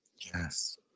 Yes